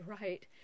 right